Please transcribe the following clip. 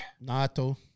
NATO